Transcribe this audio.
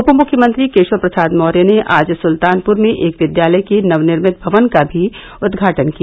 उपमुख्यमंत्री केशव प्रसाद नौर्य ने आज सुल्तानपूर में एक विद्यालय के नवनिर्मित भवन का भी उदघाटन किया